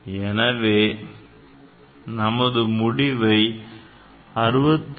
எனவே நமது முடிவை 66